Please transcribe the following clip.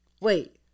wait